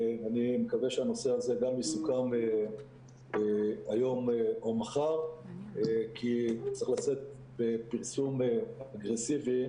אני מקווה שהנושא הזה יסוכם היום או מחר כי צריך לצאת בפרסום אגרסיבי,